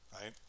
right